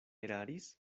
eraris